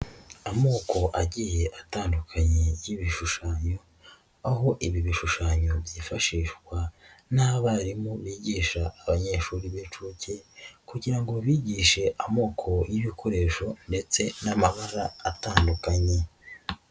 Amoko agiye atandukanye y'ibishushanyo aho ibi bishushanyo byifashishwa n'abarimu bigisha abanyeshuri b'incuke kugira ngo babigishe amoko y'ibikoresho ndetse n'amabara atandukanye.